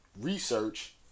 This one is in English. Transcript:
research